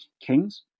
kings